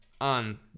on